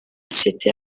sosiyete